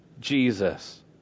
Jesus